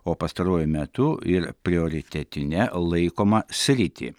o pastaruoju metu ir prioritetine laikomą sritį